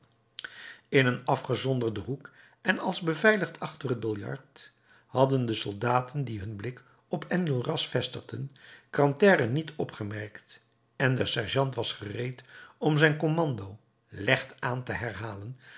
in een afgezonderden hoek en als beveiligd achter t biljart hadden de soldaten die hun blik op enjolras vestigden grantaire niet opgemerkt en de sergeant was gereed om zijn commando legt aan te herhalen